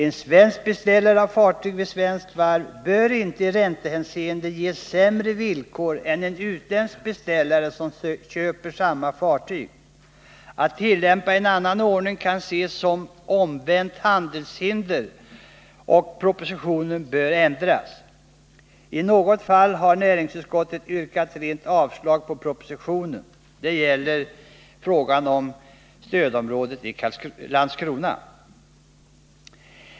En svensk beställare av fartyg vid svenskt varv bör inte i räntehänseende ges sämre villkor än en utländsk beställare som köper samma fartyg. Att tillämpa en annan ordning kan ses som omvänt handelshinder, och propositionens förslag på denna punkt bör ändras. I något fall har näringsutskottet yrkat rent avslag på propositionens förslag. Så är fallet beträffande frågan om stödområdet i Landskrona.